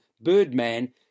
Birdman